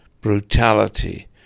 brutality